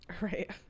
right